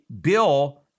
bill